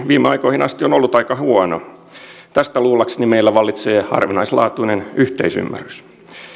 viime aikoihin asti on ollut aika huono tästä luullakseni meillä vallitsee harvinaislaatuinen yhteisymmärrys